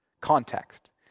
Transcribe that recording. Context